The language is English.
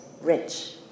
rich